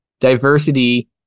diversity